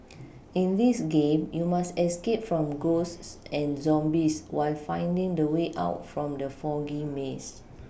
in this game you must escape from ghosts and zombies while finding the way out from the foggy maze